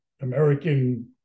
American